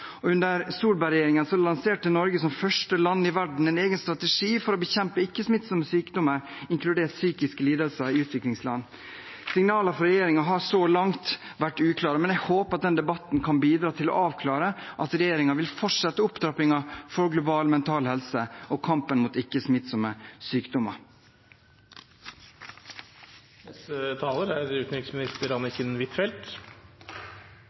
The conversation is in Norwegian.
lanserte Norge, som første land i verden, en egen strategi for å bekjempe ikke-smittsomme sykdommer, inkludert psykiske lidelser, i utviklingsland. Signalene fra regjeringen har så langt vært uklare, men jeg håper denne debatten kan bidra til å avklare at regjeringen vil fortsette opptrappingen for global mental helse og kampen mot ikke-smittsomme sykdommer.